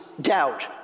doubt